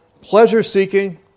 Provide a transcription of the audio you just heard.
pleasure-seeking